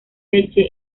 leche